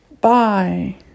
bye